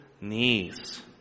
knees